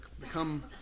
become